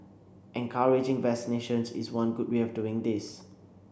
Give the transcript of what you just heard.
encouraging vaccinations is one good way of doing this